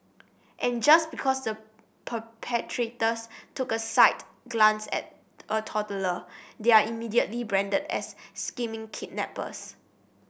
and just because the perpetrators took a slight glance at a toddler they are immediately branded as scheming kidnappers